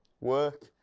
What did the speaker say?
Work